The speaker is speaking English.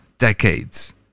decades